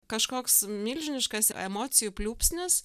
kažkoks milžiniškas emocijų pliūpsnis